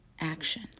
action